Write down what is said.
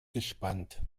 gespannt